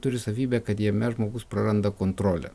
turi savybę kad jame žmogus praranda kontrolę